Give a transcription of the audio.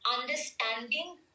understanding